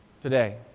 today